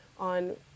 On